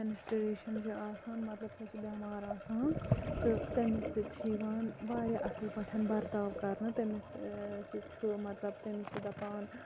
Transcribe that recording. menstruation چھ آسان مَطلَب سۄ چھِ بیٚمار آسان تہٕ تمے سۭتۍ چھِ یِوان واریاہ اصل پٲٹھۍ بَرتاو کَرنہٕ تٔمِس چھُ مَطلَب تٔمِس چھ دَپان